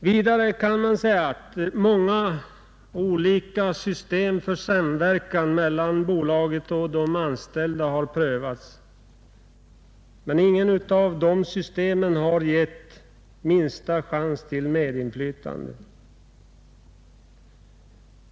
Vidare bör det nämnas att många olika system för samverkan mellan bolaget och de anställda har prövats. Men inget av dessa system har gett oss minsta chans till medinflytande.